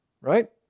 right